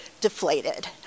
deflated